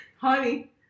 Honey